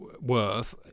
worth